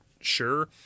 Sure